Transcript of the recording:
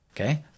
okay